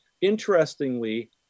interestingly